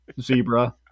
Zebra